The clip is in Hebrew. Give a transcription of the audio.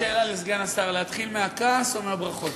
רק שאלה לסגן השר: להתחיל מהכעס או מהברכות?